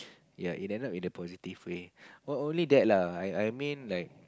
ya it end up in a positive way only that lah I I mean like